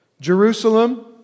Jerusalem